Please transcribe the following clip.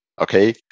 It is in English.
okay